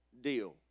deal